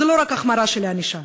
זה לא רק החמרה של הענישה.